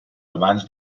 abans